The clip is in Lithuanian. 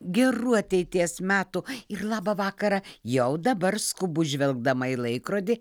gerų ateities metų ir labą vakarą jau dabar skubu žvelgdama į laikrodį